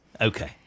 Okay